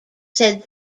said